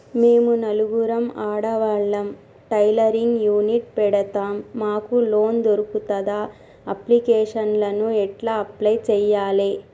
మేము నలుగురం ఆడవాళ్ళం టైలరింగ్ యూనిట్ పెడతం మాకు లోన్ దొర్కుతదా? అప్లికేషన్లను ఎట్ల అప్లయ్ చేయాలే?